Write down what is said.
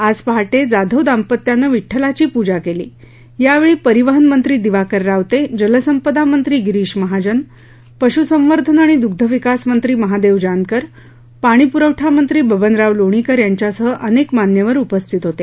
आज पहाटे जाधव दाम्पत्यानं विडुलाची पूजा केली यावेळी परिवहन मंत्री दिवाकर रावते जलसंपदा मंत्री गिरीश महाजन पश्संवर्धन आणि दुग्धविकास मंत्री महादेव जानकर पाणी पुरवठा मंत्री बबनराव लोणीकर यांच्यासह अनेक मान्यवर उपस्थित होते